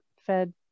fed